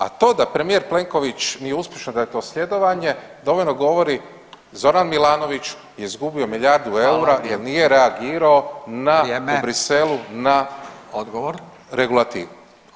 A to da premijer Plenković nije uspješan, da je to sljedovanje, dovoljno govori Zoran Milanović je izgubio milijardu eura jer nije reagirao [[Upadica: Hvala.]] na u Bruxellesu [[Upadica: Vrijeme.]] na regulativu.